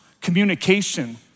communication